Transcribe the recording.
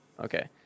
okay